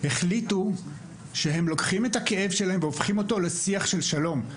החליטו שהם לוקחים את הכאב שלהם והופכים אותו לשיח של שלום.